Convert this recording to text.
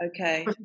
Okay